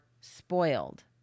spoiled